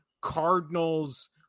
cardinals